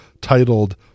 titled